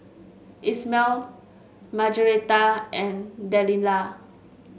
Ismael Margaretta and Delilah